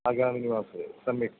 अगामिनि मासे सम्यक्